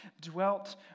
dwelt